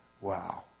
wow